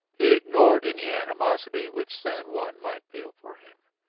he ignored any animosity which san juan might feel for him.